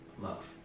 love